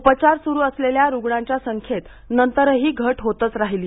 उपचार सुरू असलेल्या रुग्णांच्या संख्येत नंतरही घट होतच राहिली